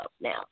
now